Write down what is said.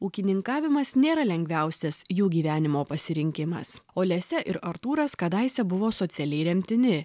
ūkininkavimas nėra lengviausias jų gyvenimo pasirinkimas olesia ir artūras kadaise buvo socialiai remtini